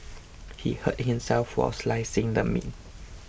he hurt himself while slicing the meat